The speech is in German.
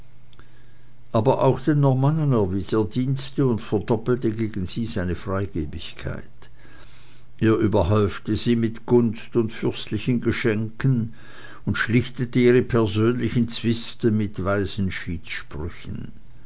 aber auch den normannen erwies er dienste und verdoppelte gegen sie seine freigebigkeit er überhäufte sie mit gunst und fürstlichen geschenken und schlichtete ihre persönlichen zwiste mit weisen